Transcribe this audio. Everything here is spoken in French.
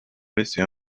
laisser